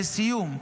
לסיום,